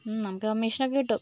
നമുക്ക് കമ്മീഷൻ ഒക്കെ കിട്ടും